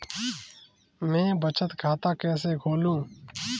मैं बचत खाता कैसे खोलूं?